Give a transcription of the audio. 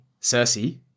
Cersei